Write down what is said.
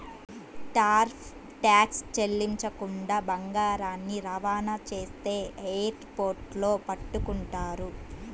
tariff tax చెల్లించకుండా బంగారాన్ని రవాణా చేస్తే ఎయిర్ పోర్టుల్లో పట్టుకుంటారు